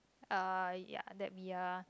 uh ya that be a